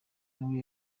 nawe